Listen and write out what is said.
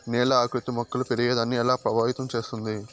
నేల ఆకృతి మొక్కలు పెరిగేదాన్ని ఎలా ప్రభావితం చేస్తుంది?